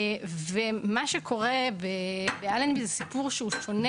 מה שקורה באלנבי זה סיפור שהוא שונה